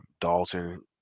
Dalton